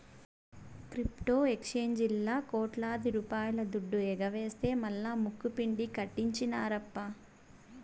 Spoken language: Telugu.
క్రిప్టో ఎక్సేంజీల్లా కోట్లాది రూపాయల దుడ్డు ఎగవేస్తె మల్లా ముక్కుపిండి కట్టించినార్ప